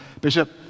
Bishop